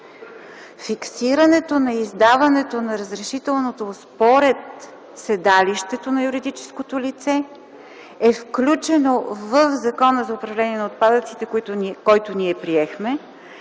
Фиксирането на издаването на разрешителното според седалището на юридическото лице е включено в Закона за управление на отпадъците, който приехме,